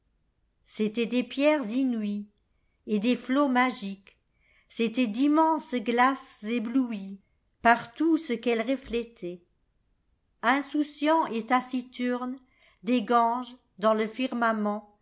c'étaient des pierres inouïeset des ilots magiques c'étaientd'immenses glaces éblouiespar tout ce qu'elles reflétaient i insouciants et taciturnes des ganges dans le firmament